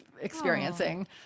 experiencing